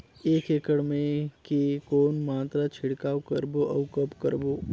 एक एकड़ मे के कौन मात्रा छिड़काव करबो अउ कब करबो?